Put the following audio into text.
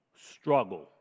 struggle